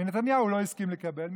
מנתניהו הוא לא הסכים לקבל,